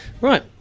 right